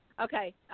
Okay